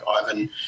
Ivan